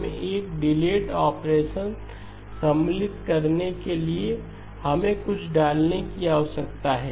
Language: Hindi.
हमें एक डिलेड ऑपरेशन सम्मिलित करने के लिए हमें कुछ डालने की आवश्यकता है